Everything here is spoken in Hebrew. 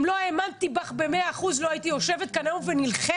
אם לא האמנתי בך במאה אחוז לא הייתי יושבת כאן היום ונלחמת.